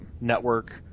network